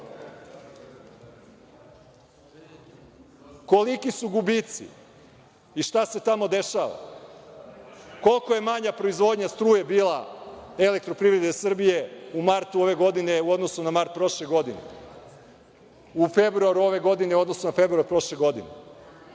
Koliki su gubici i šta se tamo dešava? Koliko je manja proizvodnja struje bila u EPS u martu ove godine u odnosu na mart prošle godine, u februaru ove godine u odnosu na februar prošle godine? Šta